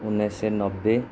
उन्नाइस सय नब्बे